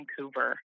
Vancouver